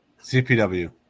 CPW